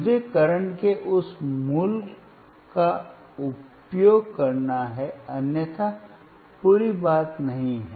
मुझे करंट के उस मूल्य का उपयोग करना है अन्यथा पूरी बात नहीं है